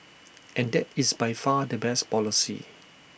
and that is by far the best policy